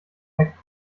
tech